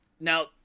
now